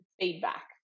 feedback